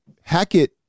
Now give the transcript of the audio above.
Hackett